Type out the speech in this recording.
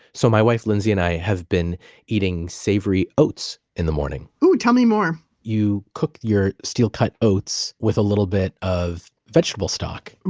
so my wife lindsay and i have been eating savory oats in the morning ooh, tell me more you cook your steel cut oats with a little bit of vegetable stock.